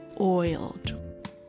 Oiled